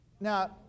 Now